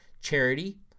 Charity